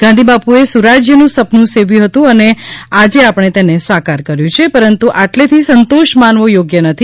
ગાંધી બાપુએ સુરાજ્યનું સપનું સેવ્યું હતું અને આજે આપણે તેને સાકાર કર્યું છે પરંતુ આટલેથી સંતોષ માનવો યોગ્ય નથી